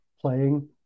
playing